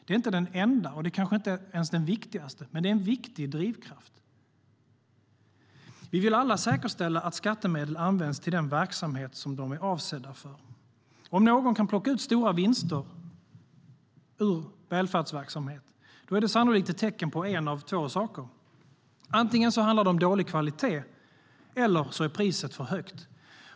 Det är inte den enda, kanske inte ens den viktigaste, men det är en viktig drivkraft. Vi vill alla säkerställa att skattemedel används till den verksamhet som de är avsedda för. Om någon kan plocka ut stora vinster ur exempelvis välfärdsverksamhet är det sannolikt ett tecken på en av två saker. Antingen handlar det om dålig kvalitet, eller så är priset för högt.